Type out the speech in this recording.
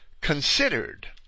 considered